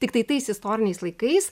tiktai tais istoriniais laikais